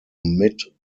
mid